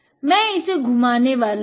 मै इसे घुमाने वाला हूँ